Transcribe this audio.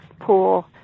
pool